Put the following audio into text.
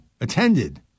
attended